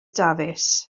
dafis